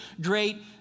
great